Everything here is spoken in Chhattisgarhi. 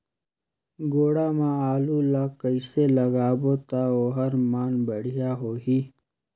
गोडा मा आलू ला कइसे लगाबो ता ओहार मान बेडिया होही?